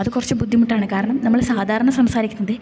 അത് കുറച്ച് ബുദ്ധിമുട്ടാണ് കാരണം നമ്മള് സാധാരണ സംസാരിക്കുന്നത്